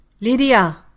Lydia